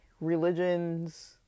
religions